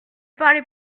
parlez